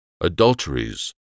adulteries